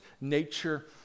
nature